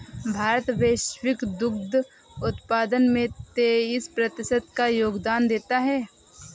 भारत वैश्विक दुग्ध उत्पादन में तेईस प्रतिशत का योगदान देता है